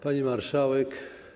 Pani Marszałek!